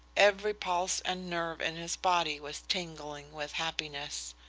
every pulse and nerve in his body was tingling with happiness.